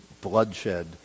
bloodshed